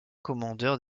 commandeur